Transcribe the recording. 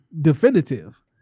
definitive